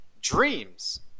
Dreams